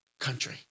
country